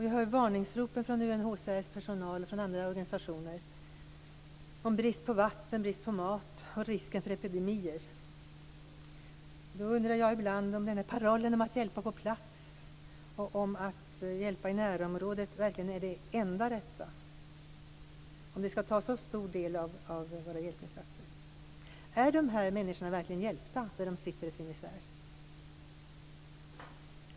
Jag hör varningsropen från UNHCR:s personal och från andra organisationer om brist på vatten, brist på mat och risken för epidemier. Jag undrar ibland om parollen om att hjälp på plats och om att hjälpa i närområdet verkligen är det enda rätta och om detta skall vara en så stor del av våra hjälpinsatser. Är dessa människor verkligen hjälpta där de sitter i sin misär?